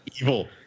evil